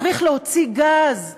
צריך להוציא גז בהול.